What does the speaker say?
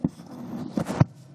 רבותיי חברי הכנסת,